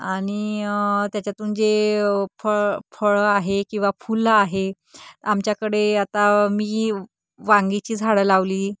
आणि त्याच्यातून जे फळ फळं आहे किंवा फुलं आहे आमच्याकडे आता मी वांग्याची झाडं लावली